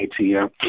ATM